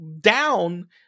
down